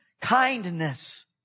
kindness